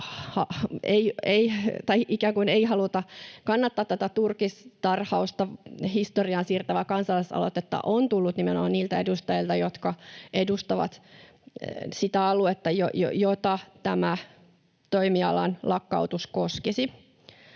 kannattaa tätä turkistarhausta historiaan siirtävää kansalaisaloitetta, on tullut nimenomaan niiltä edustajilta, jotka edustavat sitä aluetta, jota tämä toimialan lakkautus koskisi.